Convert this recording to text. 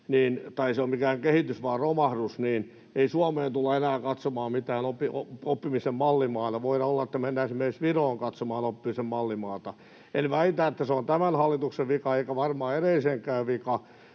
ei se ole mikään kehitys, vaan romahdus — niin ei Suomea tulla enää katsomaan minään oppimisen mallimaana. Voi olla, että mennään esimerkiksi Viroon katsomaan oppimisen mallimaata. En väitä, että se on tämän hallituksen vika, eikä varmaan edelliseenkään vika,